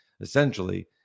essentially